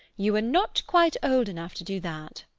you are not quite old enough to do that.